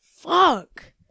Fuck